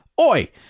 Oi